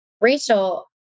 Rachel